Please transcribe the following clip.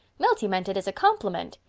milty meant it as a compelment.